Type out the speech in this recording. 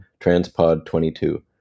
TRANSPOD22